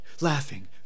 Laughing